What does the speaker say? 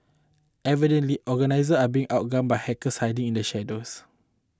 evidently organisations are being outgunned by hackers hiding in the shadows